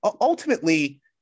ultimately